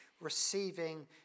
receiving